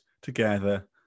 together